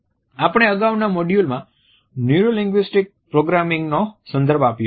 આપણે અગાઉ ના મોડ્યુલમાં ન્યૂરો લિંગ્વિસ્ટિક પ્રોગ્રામિંગ નો સંદર્ભ આપ્યો હતો